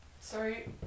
sorry